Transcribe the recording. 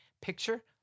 picture